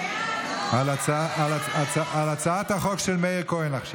הצבעה על הצעת החוק של מאיר כהן.